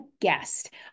guest